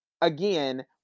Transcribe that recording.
again